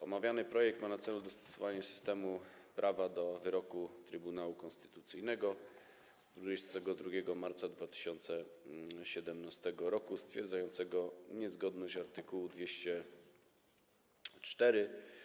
Omawiany projekt ma na celu dostosowanie systemu prawa do wyroku Trybunału Konstytucyjnego z 22 marca 2017 r. stwierdzającego niezgodność art. 204